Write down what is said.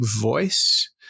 voice